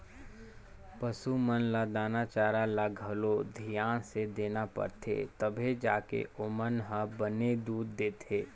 पसू मन ल दाना चारा ल घलो धियान से देना परथे तभे जाके ओमन ह बने दूद देथे